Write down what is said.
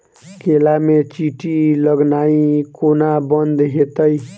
केला मे चींटी लगनाइ कोना बंद हेतइ?